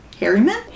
Harriman